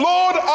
Lord